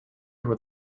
where